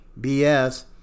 BS